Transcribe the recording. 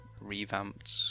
revamped